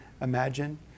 imagine